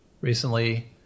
recently